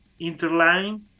Interline